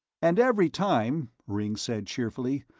and every time, ringg said cheerfully,